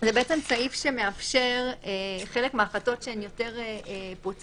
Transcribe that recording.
זה בעצם סעיף שמאפשר חלק מההחלטות שהן יותר פרוצדוראליות